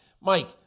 Mike